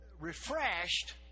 refreshed